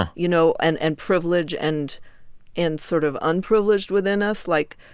and you know, and and privilege and and sort of unprivileged within us like,